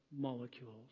molecules